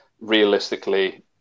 realistically